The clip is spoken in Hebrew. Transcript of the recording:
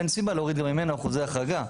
אין סיבה להוריד גם ממנו אחוזי החרגה.